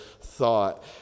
thought